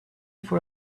for